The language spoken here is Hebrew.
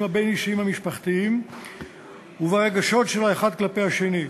הבין-אישיים המשפחתיים וברגשות של האחד כלפי השני.